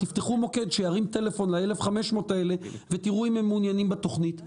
תפתחו מוקד שירים טלפון ל-1,500 האלה ותראו אם הם מעוניינים בתוכנית.